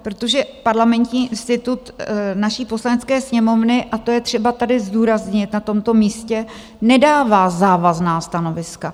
Protože Parlamentní institut naší Poslanecké sněmovny, a to je třeba tady zdůraznit, na tomto místě, nedává závazná stanoviska.